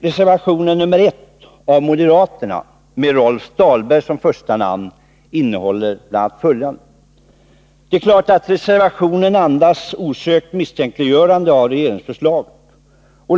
Reservation nr 1 av moderaterna, med Rolf Dahlberg som första namn, andas osökt misstänkliggörande av regeringens förslag.